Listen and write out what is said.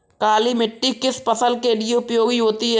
काली मिट्टी किस फसल के लिए उपयोगी होती है?